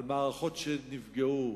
על מערכות שנפגעו,